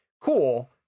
cool